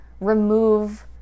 remove